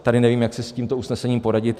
Tady nevím, jak si s tímto usnesením poradit.